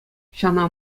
ҫавна